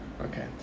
Okay